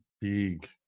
big